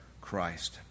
Christ